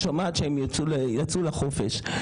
את שומעת שהם יצאו לחופשי.